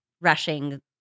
rushing